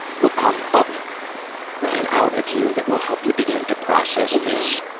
will come up and out of you that will help you begin to process this.